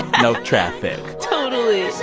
no traffic totally